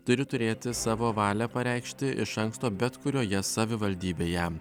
turi turėti savo valią pareikšti iš anksto bet kurioje savivaldybėje